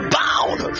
bound